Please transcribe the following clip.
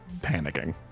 panicking